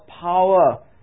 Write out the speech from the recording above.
power